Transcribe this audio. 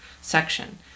section